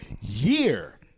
year